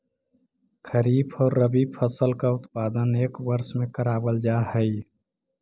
खरीफ और रबी फसल का उत्पादन एक वर्ष में करावाल जा हई